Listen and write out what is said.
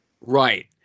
Right